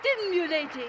stimulating